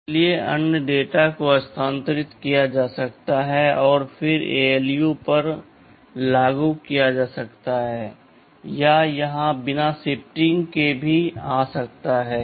इसलिए अन्य डेटा को स्थानांतरित किया जा सकता है और फिर ALU पर लागू किया जा सकता है या यह बिना शिफ्टिंग के भी आ सकता है